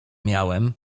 miałem